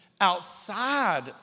outside